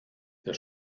der